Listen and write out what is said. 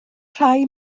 rhai